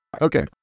Okay